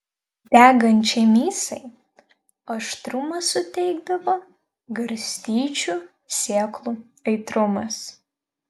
degančiai misai aštrumo suteikdavo garstyčių sėklų aitrumas